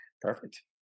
Perfect